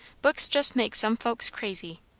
books just makes some folks crazy.